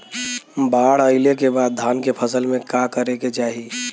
बाढ़ आइले के बाद धान के फसल में का करे के चाही?